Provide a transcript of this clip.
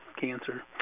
cancer